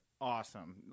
awesome